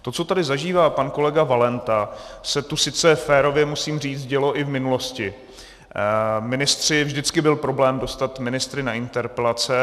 To, co tady zažívá pan kolega Valenta, se tu sice, férově musím říct, dělo i v minulosti, vždycky byl problém dostat ministry na interpelace.